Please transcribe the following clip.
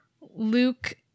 Luke